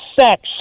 sex